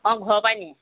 অঁ ঘৰৰপৰাই নিয়ে